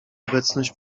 obecność